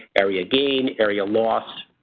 area gain, area loss.